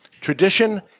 tradition